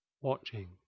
watching